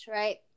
right